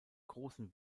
großen